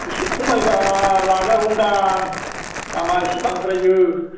एसे खमायबा लाजागौ दां दामा एसे बांद्रायाे